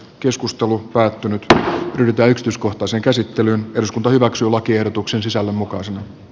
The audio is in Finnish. keskustelu päättynyt mitä yksityiskohtaisen käsittelyn eduskunta hyväksyi lakiehdotuksen sisällön mukaan